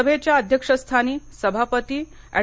सभेच्या अध्यक्षस्थानी सभापती ऍड